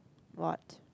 what